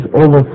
over